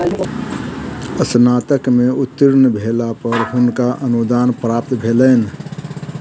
स्नातक में उत्तीर्ण भेला पर हुनका अनुदान प्राप्त भेलैन